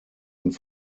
und